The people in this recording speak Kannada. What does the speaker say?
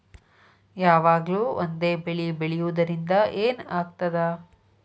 ಯಾವಾಗ್ಲೂ ಒಂದೇ ಬೆಳಿ ಬೆಳೆಯುವುದರಿಂದ ಏನ್ ಆಗ್ತದ?